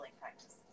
practices